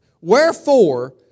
wherefore